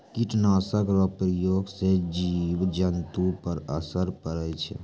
कीट नाशक रो प्रयोग से जिव जन्तु पर असर पड़ै छै